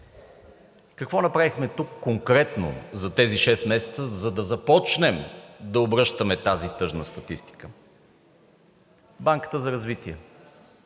Какво направихме конкретно за тези шест месеца, за да започнем да обръщаме тази тъжна статистика. Банката за развитие.